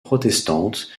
protestante